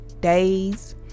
days